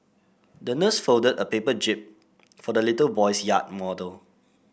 the nurse folded a paper jib for the little boy's yacht model